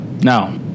Now